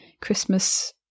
Christmas